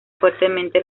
fuertemente